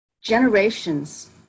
generations